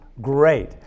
great